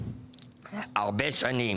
הרבה שנים